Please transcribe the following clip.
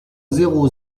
zéro